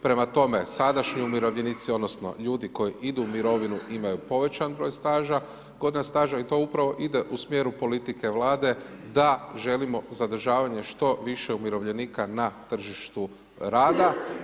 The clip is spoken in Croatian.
Prema tome, sadašnji umirovljenici odnosno ljudi koji idu u mirovinu imaju povećan broj staža, godine staža i to upravo ide u smjeru politike Vlade da želimo zadržavanje što više umirovljenika na tržištu rada.